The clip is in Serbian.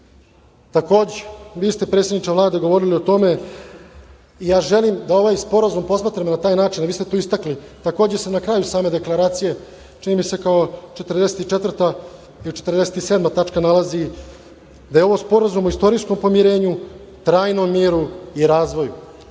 vi ste, predsedniče Vlade, govorili o tome, ja želim da ovaj sporazum posmatram na taj način, jer vi ste tu istakli, takođe se na kraju same deklaracije, čini mi se, kao 44. ili 47. tačka nalazi da je ovo sporazum o istorijskom pomirenju, trajnom miru i razvoju,